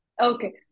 Okay